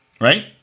right